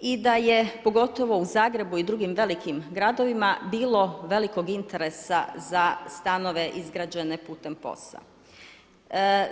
i da je pogotovo u Zagrebu i drugim velikim gradovima bilo velikog interesa za stanove izgrađene putem POS-a.